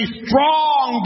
strong